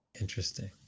Interesting